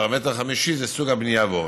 פרמטר חמישי זה סוג הבנייה,